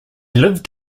lived